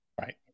Right